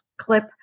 clip